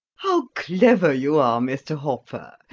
how clever you are, mr. hopper.